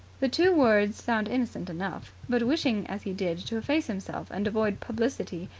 the two words sound innocent enough, but, wishing as he did to efface himself and avoid publicity,